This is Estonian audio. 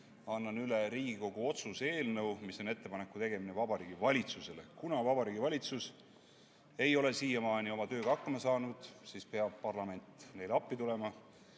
annan üle Riigikogu otsuse eelnõu, mis on ettepaneku tegemine Vabariigi Valitsusele. Kuna Vabariigi Valitsus ei ole siiamaani oma tööga hakkama saanud, siis peab parlament neile appi tulema.